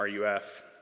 RUF